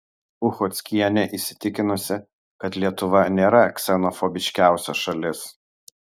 uchockienė įsitikinusi kad lietuva nėra ksenofobiškiausia šalis